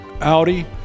Audi